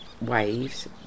waves